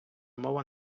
мова